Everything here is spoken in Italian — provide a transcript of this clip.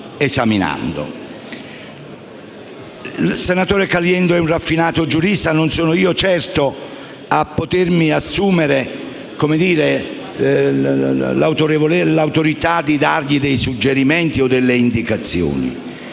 Il senatore Caliendo è un raffinato giurista e non sono certo io a potermi assumere l'autorità di dargli suggerimenti o indicazioni,